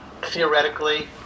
theoretically